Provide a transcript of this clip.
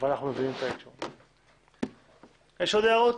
יש עוד הערות?